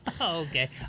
Okay